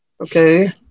Okay